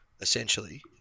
essentially